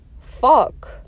fuck